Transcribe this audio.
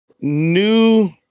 new